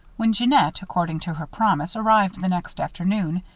when jeannette, according to her promise, arrived the next afternoon,